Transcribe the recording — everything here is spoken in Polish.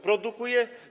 Produkuje?